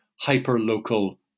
hyper-local